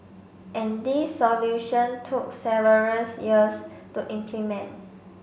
and this solution took severals years to implement